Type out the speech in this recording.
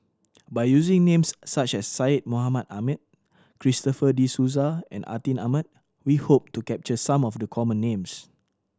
by using names such as Syed Mohamed Ahmed Christopher De Souza and Atin Amat we hope to capture some of the common names